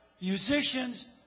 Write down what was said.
musicians